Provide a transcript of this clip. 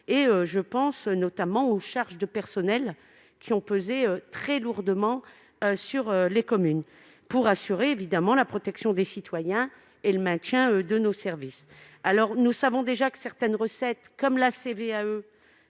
je pense notamment aux charges de personnels, qui ont pesé très lourdement sur les communes -afin, bien sûr, d'assurer la protection des citoyens et le maintien de nos services. Nous savons déjà que certaines recettes, telles que la CVAE,